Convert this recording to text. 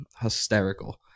hysterical